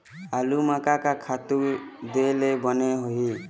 आलू म का का खातू दे ले बने होही?